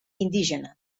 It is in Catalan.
indígena